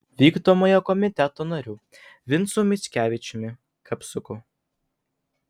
vykdomojo komiteto nariu vincu mickevičiumi kapsuku